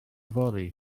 fory